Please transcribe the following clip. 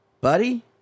buddy